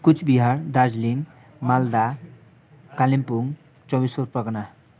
Cooch Behar Darjeeling Malda Kalimpong Chaubis Pargana